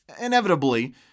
inevitably